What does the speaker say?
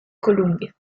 columbia